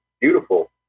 beautiful